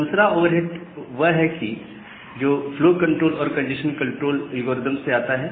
दूसरा ओवरहेड वह है जो फ्लो कंट्रोल और कंजेशन कंट्रोल एल्गोरिदम से आता है